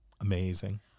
Amazing